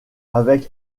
avec